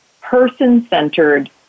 person-centered